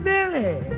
Billy